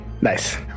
Nice